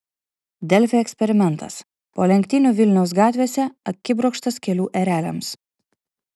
delfi eksperimentas po lenktynių vilniaus gatvėse akibrokštas kelių ereliams